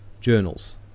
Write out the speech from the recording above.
journals